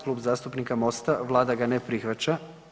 Klub zastupnika MOST-a, Vlada ga ne prihvaća.